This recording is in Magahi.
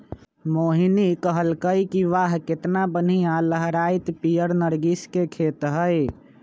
मोहिनी कहलकई कि वाह केतना बनिहा लहराईत पीयर नर्गिस के खेत हई